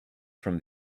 from